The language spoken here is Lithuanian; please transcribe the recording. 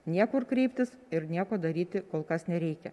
niekur kreiptis ir nieko daryti kol kas nereikia